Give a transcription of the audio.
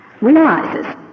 realizes